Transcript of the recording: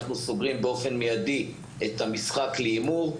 אנחנו סוגרים באופן מיידי את המשחק להימור,